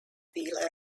wheeler